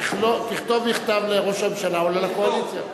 תכתוב מכתב לראש הממשלה ולקואליציה.